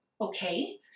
okay